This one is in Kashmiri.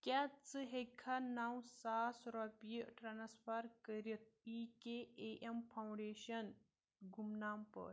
کیٛاہ ژٕ ہٮ۪کہٕ نَو ساس رۄپیہِ ٹرانسفر کٔرِتھ ایی کے اے ایٚم فاوُنٛڈیشنَس گمنام پٲٹھۍ